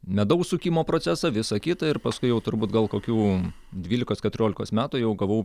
medaus sukimo procesą visa kita ir paskui jau turbūt gal kokių dvylikos keturiolikos metų jau gavau